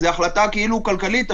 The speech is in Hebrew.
זה החלטה כאילו כלכלית,